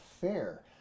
fair